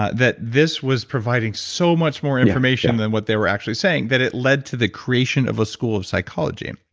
ah that this was providing so much more information than what they were actually saying, that it led to the creation of a school of psychology.